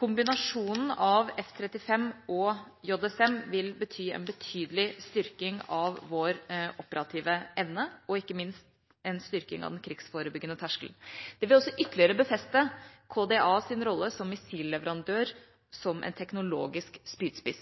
Kombinasjonen av F-35 og JSM vil bety en betydelig styrking av vår operative evne og ikke minst en styrking av den krigsforebyggende terskelen. Det vil også ytterligere befeste KDAs rolle som missilleverandør, og som en teknologisk spydspiss.